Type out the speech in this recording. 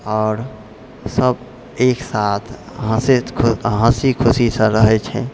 आओर सभ एक साथ हँसैत हँसी खुशीसँ रहै छै